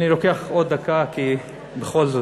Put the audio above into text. אני לוקח עוד דקה, בכל זאת.